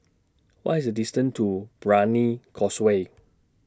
What IS The distance to Brani Causeway